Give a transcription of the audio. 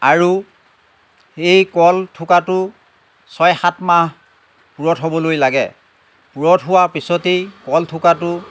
আৰু এই কল থোকাটো ছয় সাতমাহ পূৰঠ হ'বলৈ লাগে পূৰঠ হোৱাৰ পিছতেই কলথোকাটো